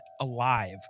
alive